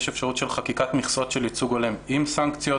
יש אפשרות של חקיקת מכסות של ייצוג הולם עם סנקציות,